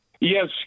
Yes